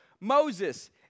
Moses